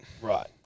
Right